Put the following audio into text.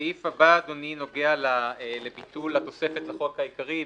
הסעיף הבא נוגע לביטול התוספת לחוק העיקרי.